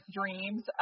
dreams